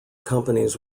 companies